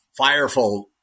fireful